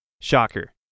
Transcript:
Shocker